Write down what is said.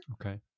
okay